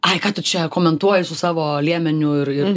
ai ką tu čia komentuoji su savo liemeniu ir